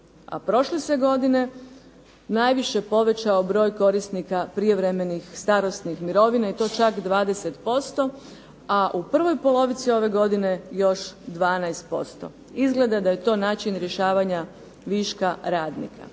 a prošle se godine najviše povećao broj korisnika prijevremenih starosnih mirovina i to čak 20%, a u prvoj polovici ove godine još 12%. Izgleda da je to način rješavanja viška radnika.